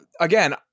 again